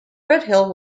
redhill